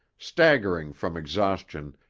staggering from exhaustion,